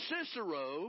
Cicero